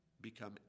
become